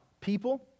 people